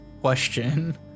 question